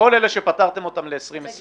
כל אלה שפטרתם אותם ל-2020.